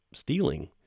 stealing